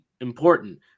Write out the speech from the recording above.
important